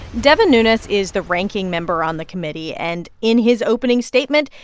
devin nunes is the ranking member on the committee. and in his opening statement,